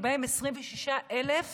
ובהן 26,000